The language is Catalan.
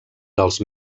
dels